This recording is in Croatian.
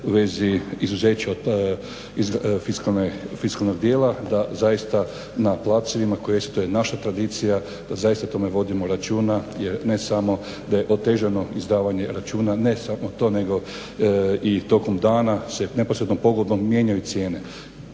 u vezi izuzeća iz fiskalnog dijela da zaista na placevima, to je naša tradicija, da zaista o tome vodimo računa. Jer ne samo da je otežano izdavanje računa, ne samo to nego i tokom dana, neposrednom pogodbom mijenjaju cijene.